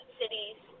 cities